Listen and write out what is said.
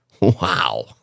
Wow